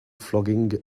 flogging